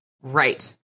Right